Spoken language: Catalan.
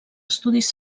estudis